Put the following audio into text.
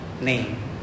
name